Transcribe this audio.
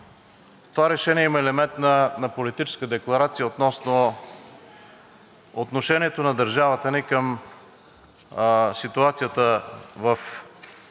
това решение има елемент на политическа декларация относно отношението на държавата ни към ситуацията в